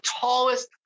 tallest